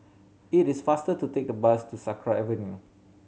it is faster to take the bus to Sakra Avenue